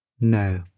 No